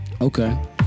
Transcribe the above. Okay